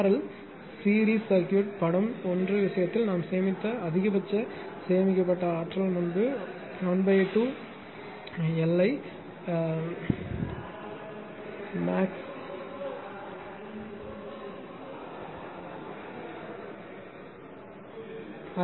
L series circuit படம் 1 விஷயத்தில் நாம் சேமித்த அதிகபட்ச சேமிக்கப்பட்ட ஆற்றல் முன்பு 12 எல் ஐ மேக்ஸ் 2 ஐப் படித்தோம்